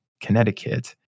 Connecticut